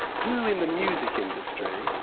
who in the music industry,